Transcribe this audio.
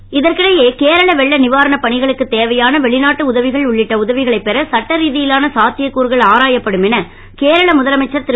விஜயன் இதற்கிடையே கேரள வெள்ள நிவாரண பணிகளுக்கு தேவையானவெளிநாட்டு உதவிகள் உள்ளிட்ட உதவிகளை பெற சட்ட ரீதியிலான சாத்தியக்கூறுகள் ஆராயப்படும் என கேரள முதலமைச்சர் திரு